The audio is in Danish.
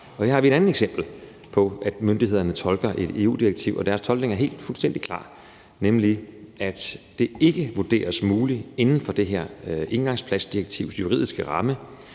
Her har vi et andet eksempel på, at myndighederne tolker et EU-direktiv. Og deres tolkning er fuldstændig klar, nemlig at det ikke vurderes muligt inden for det her engangsplastdirektivs juridiske ramme,